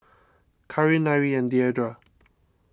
Karin Nyree and Deidra